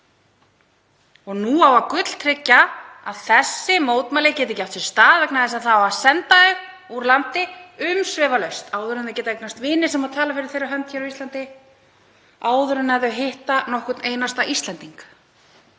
Og nú á að gulltryggja að þessi mótmæli geti ekki átt sér stað vegna þess að það á að senda þau úr landi umsvifalaust, áður en þau geta eignast vini sem tala fyrir þeirra hönd hér á Íslandi, áður en þau hitta nokkurn einasta Íslending,